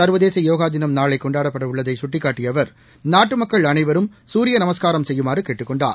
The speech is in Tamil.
சர்வதேச யோகா தினம் நாளை கொண்டாடப்பட உள்ளதை சுட்டிக்காட்டிய அவர் நாட்டு மக்கள் அனைவரும் சூரிய நமஸ்காரம் செய்யுமாறு கேட்டுக் கொண்டார்